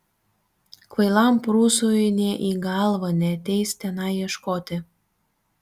kvailam prūsui nė į galvą neateis tenai ieškoti